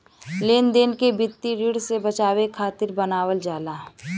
लेनदार के वित्तीय ऋण से बचावे खातिर बनावल जाला